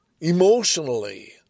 emotionally